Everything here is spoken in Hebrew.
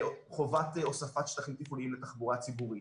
חובת הוספת שטחים תפעוליים לתחבורה ציבורית,